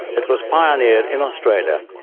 it was pioneered in australia,